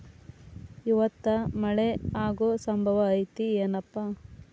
ಇವತ್ತ ಮಳೆ ಆಗು ಸಂಭವ ಐತಿ ಏನಪಾ?